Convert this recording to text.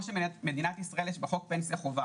במדינת ישראל יש חוק פנסיה חובה